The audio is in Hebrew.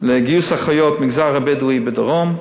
לגיוס אחיות במגזר הבדואי בדרום,